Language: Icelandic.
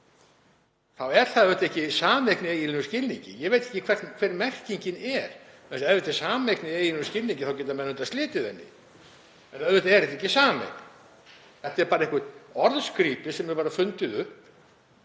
þá er það auðvitað ekki sameign í eiginlegum skilningi. Ég veit ekki hver merkingin er. Ef þetta er sameign í eiginlegum skilningi geta menn auðvitað slitið henni. En auðvitað er þetta ekki sameign. Þetta er bara eitthvert orðskrípi sem var fundið upp,